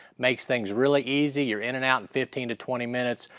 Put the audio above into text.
makes things really easy, you're in and out in fifteen to twenty minutes,